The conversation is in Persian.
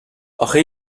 آخه